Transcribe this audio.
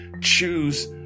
choose